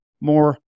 more